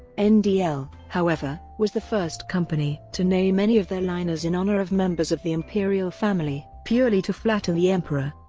and however, was the first company to name any of their liners in honour of members of the imperial family, purely to flatter the emperor.